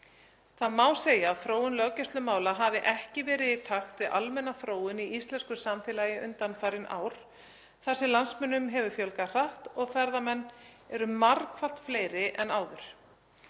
Það má segja að þróun löggæslumála hafi ekki verið í takt við almenna þróun í íslensku samfélagi undanfarin ár þar sem landsmönnum hefur fjölgað hratt og ferðamenn eru margfalt fleiri en áður.